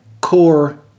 core